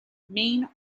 main